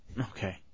Okay